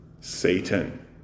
Satan